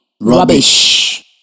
Rubbish